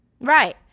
Right